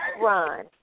Ron